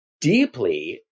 deeply